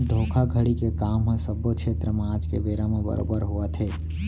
धोखाघड़ी के काम ह सब्बो छेत्र म आज के बेरा म बरोबर होवत हे